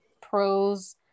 pros